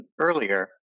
earlier